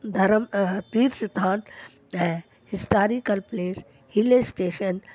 धरम तीर्थ स्थान ऐं हिस्टारिकल प्लेस हिल स्टेशन असां ॾाढो घुमिया आहियूं